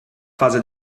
fase